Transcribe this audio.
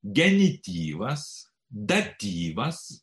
genityvas datyvas